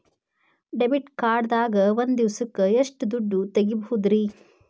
Debit card ದಾಗ ಒಂದ್ ದಿವಸಕ್ಕ ಎಷ್ಟು ದುಡ್ಡ ತೆಗಿಬಹುದ್ರಿ?